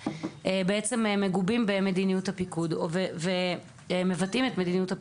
מגובים במדיניות הפיקוד ומבטאים אותה.